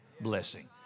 blessing